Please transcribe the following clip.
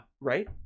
right